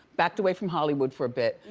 backed away from hollywood for a bit,